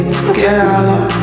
together